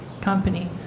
company